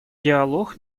диалог